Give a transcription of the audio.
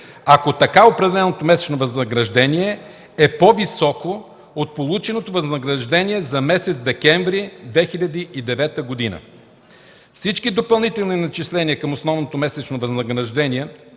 ако така определеното месечно възнаграждение е по-високо от полученото възнаграждение за месец декември 2009 г. 2. Всички допълнителни начисления към основното месечно възнаграждение